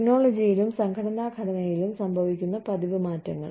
ടെക്നോളജിയിലും സംഘടനാ ഘടനയിലും സംഭവിക്കുന്ന പതിവ് മാറ്റങ്ങൾ